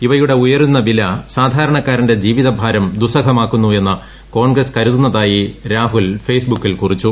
ഇവയുടെ ഉയരുന്ന വില സാധാരണക്കാരന്റെ ജീവിതഭാരം ദുസ്സഹമാക്കുന്നു എന്ന് കോൺഗ്രസ് കരുതുന്നതായി രാഹുൽ ഫേസ് ബുക്കിൽ കുറിച്ചു